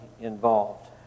involved